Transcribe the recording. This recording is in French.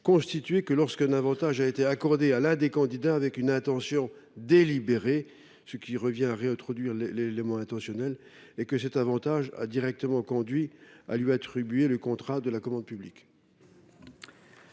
constitué seulement quand un avantage a été accordé à l’un des candidats avec une intention délibérée – ce qui revient à réintroduire l’élément intentionnel – et que cet avantage a directement conduit à lui attribuer le contrat de la commande publique.